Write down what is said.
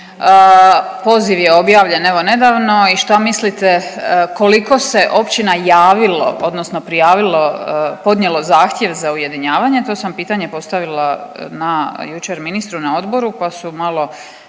poziv je objavljen evo nedavno i šta mislite koliko se općina javilo odnosno prijavilo, podnijelo zahtjev za ujedinjavanje, to sam pitanje postavila na, jučer ministru na odboru, pa su malo